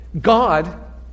God